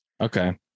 Okay